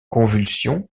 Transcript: convulsions